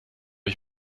ich